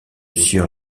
sieur